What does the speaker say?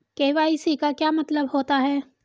KYC का क्या मतलब होता है?